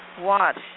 watch